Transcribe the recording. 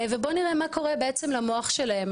בוא נראה מה קורה בעצם למוח שלהם.